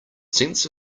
sense